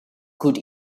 could